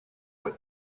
بود